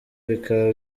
bikaba